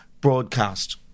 broadcast